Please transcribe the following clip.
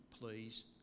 please